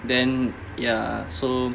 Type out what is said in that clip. then ya so